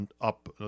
up